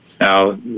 Now